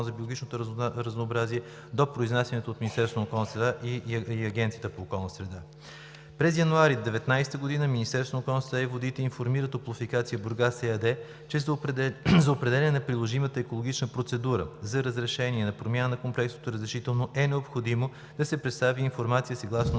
за биологичното разнообразие до произнасянето от Министерството на околната среда и Агенцията по околната среда. През месец януари 2019 г. Министерството на околната среда и водите информира „Топлофикация – Бургас“ ЕАД, че за определяне на приложимата екологична процедура за разрешение на промяна на Комплексното разрешително, е необходимо да се представи информация съгласно